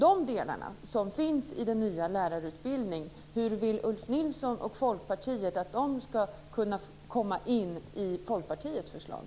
Hur vill Ulf Nilsson och Folkpartiet att de delarna, som finns i den nya lärarutbildningen, ska kunna komma in i Folkpartiets förslag?